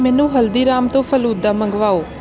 ਮੈਨੂੰ ਹਲਦੀਰਾਮ ਤੋਂ ਫਲੂਦਾ ਮੰਗਵਾਓ